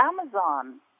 Amazon